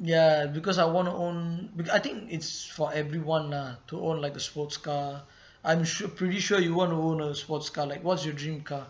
ya because I want to own with I think it's for everyone lah to own like a sports car I'm sure pretty sure you want to own a sports car like what's your dream car